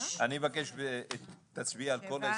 אני מבקש שתצביע על כל ההסתייגויות.